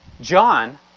John